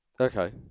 Okay